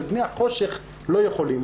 ובני החושך לא יכולים,